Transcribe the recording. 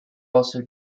also